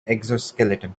exoskeleton